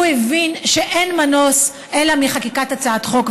הוא הבין שאין מנוס אלא חקיקת הצעת חוק,